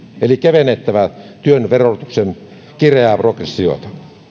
eli kevennettävä työn verotuksen kireää progressiota